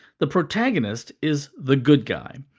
the protagonist is the good guy.